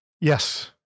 Yes